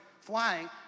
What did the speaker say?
flying